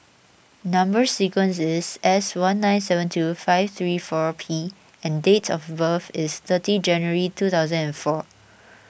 Number Sequence is S one nine seven two five three four P and date of birth is thirty January two thousand and four